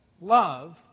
Love